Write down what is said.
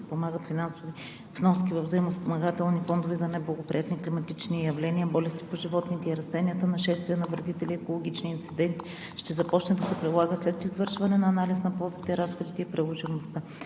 подпомагат финансови вноски във взаимоспомагателни фондове за неблагоприятни климатични явления, болести по животните и растенията, нашествия на вредители и екологични инциденти, ще започне да се прилага след извършване на анализ на ползите и разходите и приложимостта.